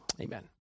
Amen